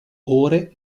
ore